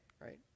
Right